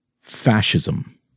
fascism